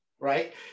right